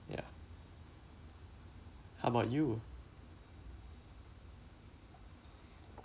ya how about you